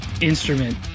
instrument